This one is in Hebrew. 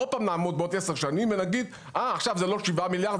עוד פעם נעמוד בעוד עשר שנים ונגיד עכשיו זה לא שבעה מיליארד,